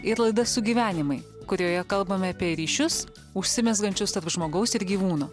ir laida sugyvenimai kurioje kalbame apie ryšius užsimezgančius tarp žmogaus ir gyvūno